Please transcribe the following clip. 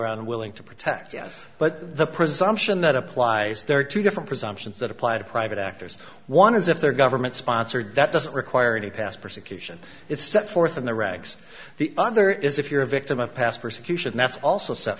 unwilling to protect us but the presumption that applies there are two different presumptions that apply to private actors one is if they're government sponsored that doesn't require any past persecution it's set forth in the regs the other is if you're a victim of past persecution that's also set